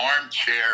armchair